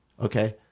okay